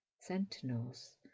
sentinels